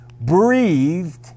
breathed